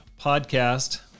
podcast